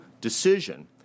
decision